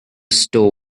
store